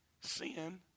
sin